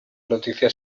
noticia